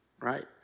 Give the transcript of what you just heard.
right